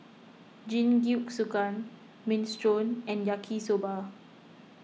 Jingisukan Minestrone and Yaki Soba